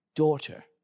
Daughter